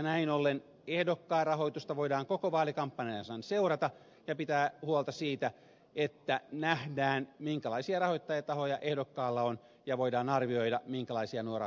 näin ollen ehdokkaan rahoitusta voidaan koko vaalikampanjan ajan seurata ja pitää huolta siitä että nähdään minkälaisia rahoittajatahoja ehdokkaalla on ja voidaan arvioida minkälaisia nuo rahoittajat ovat